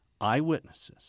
eyewitnesses